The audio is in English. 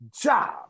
job